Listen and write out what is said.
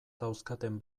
dauzkaten